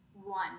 one